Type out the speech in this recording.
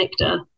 connector